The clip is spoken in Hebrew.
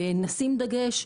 ונשים דגש,